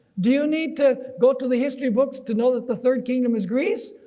do you need to go to the history books to know that the third kingdom is greece.